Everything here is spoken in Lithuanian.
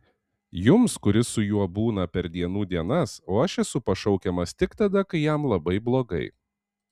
jums kuris su juo būna per dienų dienas o aš esu pašaukiamas tik tada kai jam labai blogai